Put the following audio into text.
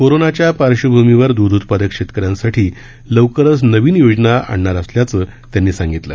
कोरोनाच्या पार्श्वभूमीवर द्ध उत्पादक शेतकऱ्यांसाठी लवकरच नवीन योजना आणण्यात येणार असल्याचे त्यांनी सांगितलं